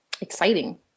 exciting